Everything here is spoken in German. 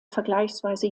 vergleichsweise